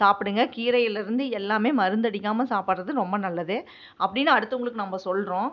சாப்பிடுங்க கீரையிலேருந்து எல்லாம் மருந்தடிக்காமல் சாப்பிட்றது ரொம்ப நல்லது அப்படின்னு அடுத்தவங்களுக்கு நம்ம சொல்கிறோம்